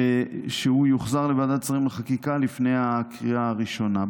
ושהוא יוחזר לוועדת שרים לחקיקה לפני הקריאה הראשונה.